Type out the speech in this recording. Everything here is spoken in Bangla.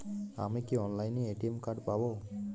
আমি কি অনলাইনে এ.টি.এম কার্ড পাব?